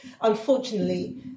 unfortunately